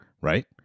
right